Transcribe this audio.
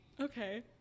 Okay